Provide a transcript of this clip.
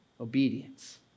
obedience